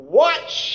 watch